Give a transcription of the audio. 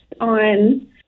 on